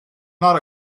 not